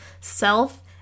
self